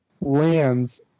lands